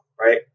right